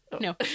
No